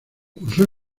cursó